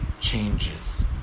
changes